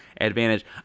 advantage